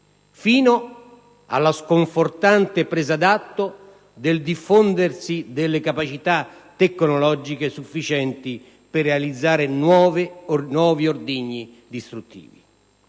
fino alla sconfortante presa d'atto del diffondersi delle capacità tecnologiche sufficienti per realizzare nuovi ordigni distruttivi.